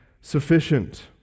sufficient